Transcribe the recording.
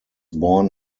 born